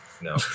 no